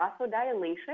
vasodilation